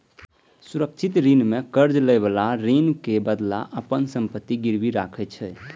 सुरक्षित ऋण मे कर्ज लएबला ऋणक बदला अपन संपत्ति गिरवी राखै छै